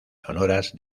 sonoras